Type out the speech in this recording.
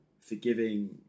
forgiving